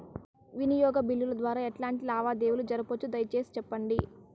వినియోగ బిల్లుల ద్వారా ఎట్లాంటి లావాదేవీలు జరపొచ్చు, దయసేసి సెప్పండి?